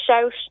shout